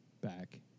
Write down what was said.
back